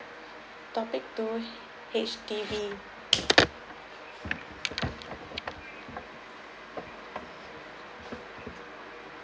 topic two H_D_B